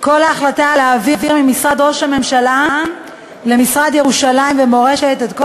על ההחלטה להעביר ממשרד ראש הממשלה למשרד ירושלים ומורשת את כל